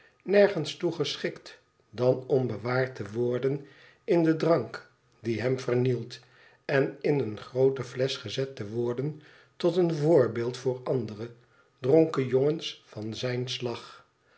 nergens toe geschikt dan om bewaard te worden in den drank die hem vernielt en in eene groote flesch gezette worden tot een voorbeeld voor andere dronken jongens van zijn slag